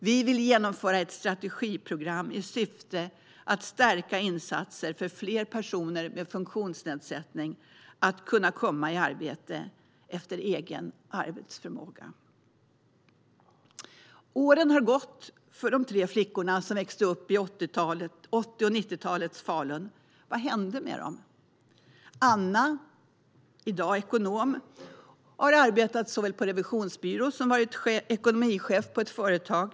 Vi vill genomföra ett strategiprogram i syfte att stärka insatser för fler personer med funktionsnedsättning att kunna komma i arbete efter egen arbetsförmåga. Åren har gått för de tre flickorna som växte upp i 80 och 90-talets Falun. Vad hände med dem? Anna är i dag ekonom och har arbetat både på revisionsbyrå och som ekonomichef på ett företag.